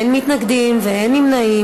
אין מתנגדים ואין נמנעים.